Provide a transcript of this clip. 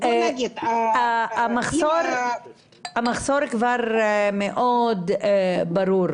המחסור כבר מאוד ברור.